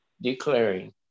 declaring